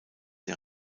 der